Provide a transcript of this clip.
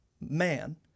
man